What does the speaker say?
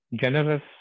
generous